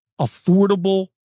affordable